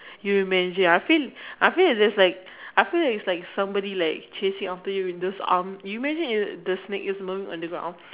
you're amazing I feel I feel that's like I feel like it's like somebody like chasing after you with those arm you imagine if the snake is moving on the ground